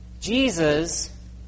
Jesus